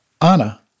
Anna